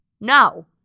no